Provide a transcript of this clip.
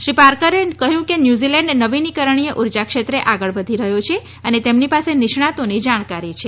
શ્રી પાર્કરે કહ્યું ન્યૂઝીલેન્ડ નવીનીકરણીય ઉર્જા ક્ષેત્રે આગળ વધી રહ્યો છે અને તેમની પાસે નિષ્ણાંતોની જાણકારી છે